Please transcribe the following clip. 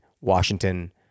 Washington